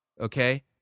okay